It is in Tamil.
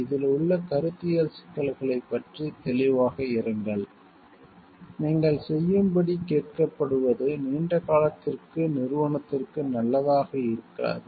இதில் உள்ள கருத்தியல் சிக்கல்களைப் பற்றி தெளிவாக இருங்கள் நீங்கள் செய்யும்படி கேட்கப்படுவது நீண்ட காலத்திற்கு நிறுவனத்திற்கு நல்லதாக இருக்காது